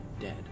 dead